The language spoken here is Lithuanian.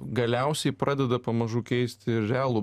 galiausiai pradeda pamažu keisti realų